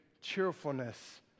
cheerfulness